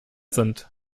sind